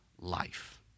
life